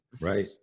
Right